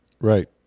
Right